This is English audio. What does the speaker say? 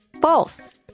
False